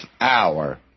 hour